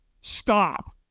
Stop